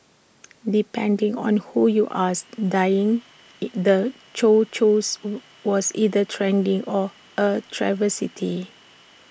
depending on who you ask dyeing the chow Chows was either trendy or A travesty